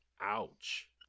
ouch